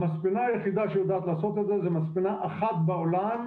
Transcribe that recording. המספנה היחידה שיודעת לעשות את זה זו מספנה אחת בעולם,